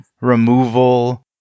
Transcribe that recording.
removal